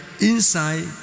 inside